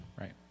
right